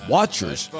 Watchers